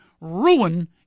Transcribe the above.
ruin